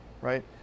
Right